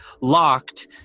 locked